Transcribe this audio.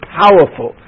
powerful